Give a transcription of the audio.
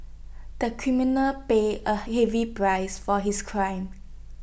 the criminal paid A heavy price for his crime